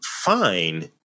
fine